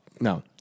No